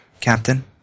Captain